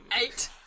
eight